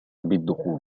بالدخول